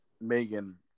Megan